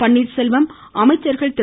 பன்னீர்செல்வம் அமைச்சர்கள் திரு